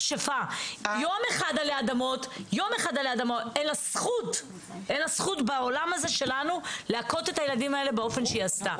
אין לה שום זכות בעולם הזה שלנו להכות את הילדים האלה באופן שהיא עשתה.